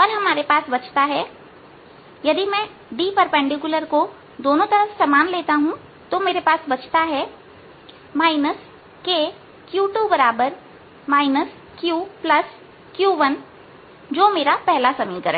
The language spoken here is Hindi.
और हमारे पास बचता है यदि मैं Dको दोनों तरफ समान लेता हूं मेरे पास बचता है kq2 qq1जो मेरा समीकरण एक है